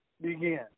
begin